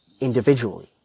individually